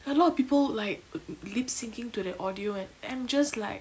a lot of people like uh lip-syncing to that audio and and I'm just like